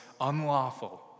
unlawful